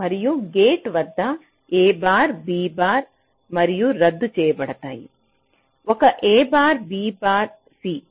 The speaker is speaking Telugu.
మరియు గేట్ వద్ద a బార్ b బార్ మరియు రద్దు చేయబడతాయి ఒక a bar b bar c